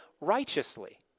righteously